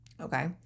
Okay